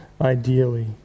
ideally